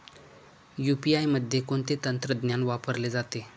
UPI मध्ये कोणते तंत्रज्ञान वापरले जाते?